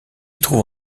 trouve